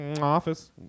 office